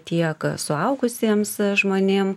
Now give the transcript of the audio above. tiek suaugusiems žmonėm